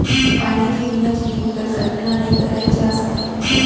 पानी के बिना जिनगी के कल्पना नइ करे जा सकय